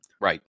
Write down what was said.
Right